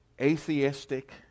atheistic